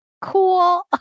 cool